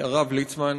הרב ליצמן.